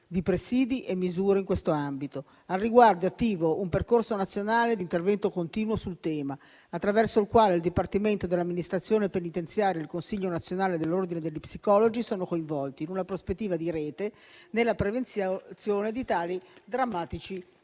di presidi e di misure in questo ambito. Al riguardo, è attivo un percorso nazionale di intervento continuo sul tema, attraverso il quale il Dipartimento dell'amministrazione penitenziaria ed il Consiglio nazionale dell'ordine degli psicologi sono coinvolti in una prospettiva di rete nella prevenzione di tali drammatici